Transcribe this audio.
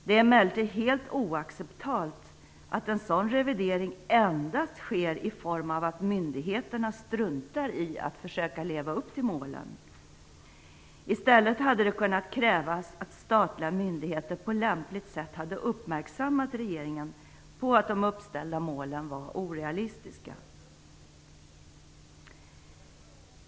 Det är emellertid helt oacceptabelt att en sådan revidering endast sker i form av att myndigheterna struntar i att försöka leva upp till målen. I stället hade det kunnat krävas att statliga myndigheter på lämpligt sätt hade uppmärksammat regeringen på att de uppställda målen var orealistiska.